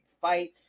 fight